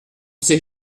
ces